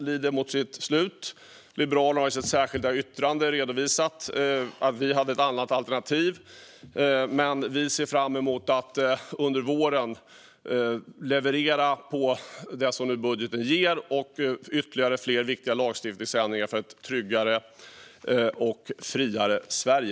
Vi i Liberalerna har i vårt särskilda yttrande redovisat att vi hade ett annat alternativ. Men vi ser fram emot att under våren leverera på det utrymme som budgeten ger och ser fram emot ytterligare viktiga lagstiftningsändringar för ett tryggare och friare Sverige.